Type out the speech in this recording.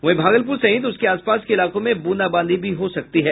वहीं भागलपुर सहित उसके आसपास के इलाकों में ब्रंदाबांदी भी हो सकती है